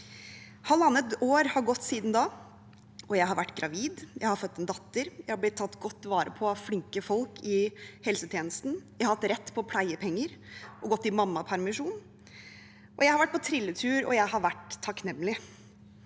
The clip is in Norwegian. Halvannet år har gått siden da. Jeg har vært gravid, jeg har født en datter, og jeg har blitt tatt godt vare på av flinke folk i helsetjenesten. Jeg har hatt rett på pleiepenger og har gått i mammapermisjon. Jeg har vært på trilleturer, og jeg har vært takknemlig.